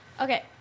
Okay